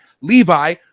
levi